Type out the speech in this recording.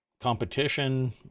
competition